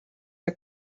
are